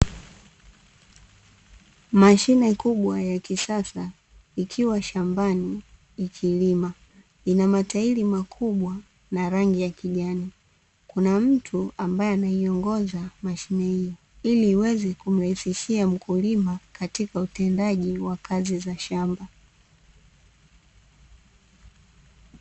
Mashine kubwa ya kisasa ikiwa shamba ikilima, ina matairi makubwa na rangi ya kijani. Kuna mtu ambaye anaiongoza mashine hii ili iweze kumrahisishia mkulima katika utendaji wa kazi za shamba.